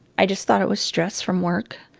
i just thought it was stress from work,